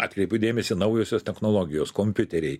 atkreipiu dėmesį naujosios technologijos kompiuteriai